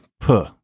puh